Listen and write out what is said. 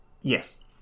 Yes